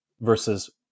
versus